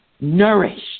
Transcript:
nourished